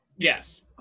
Yes